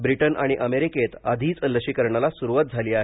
Britain आणि अमेरिकेत आधीच लशीकरणाला सुरुवात झाली आहे